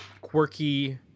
quirky